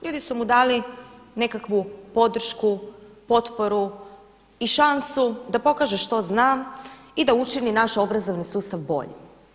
Ljudi su mu dali nekakvu podršku, potporu i šansu da pokaže što zna i da učini naš obrazovni sustav boljim.